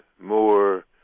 more